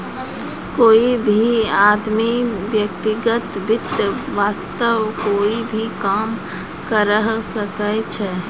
कोई भी आदमी व्यक्तिगत वित्त वास्तअ कोई भी काम करअ सकय छै